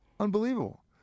Unbelievable